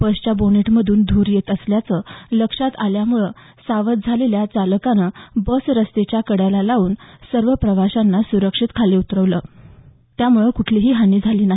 बसच्या बॉनेटमधून धूर येत असल्याचं लक्षात आल्यामुळे सावध झालेल्या चालकानं बस रस्त्याच्या कडेला लावून सर्व प्रवाशांना सुरक्षित खाली उतरवलं त्यामुळे कुठलीही हानी झाली नाही